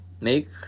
make